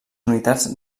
unitats